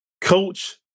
Coach